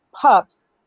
pups